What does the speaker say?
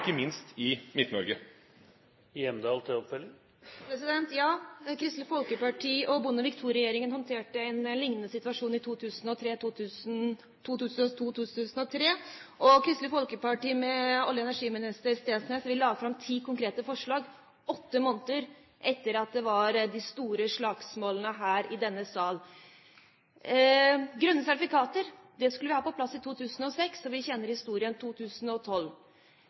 ikke minst i Midt-Norge. Ja, Kristelig Folkeparti og Bondevik II-regjeringen håndterte en liknende situasjon i 2002–2003, og Kristelig Folkeparti ved olje- og energiminister Steensnæs la fram ti konkrete forslag åtte måneder etter at det var de store slagsmålene her i denne sal. Grønne sertifikater skulle vi ha på plass i 2006, og vi kjenner historien – 2012.